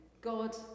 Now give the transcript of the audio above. God